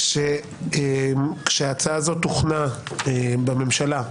כשההצעה הזו הוכנה בממשלה,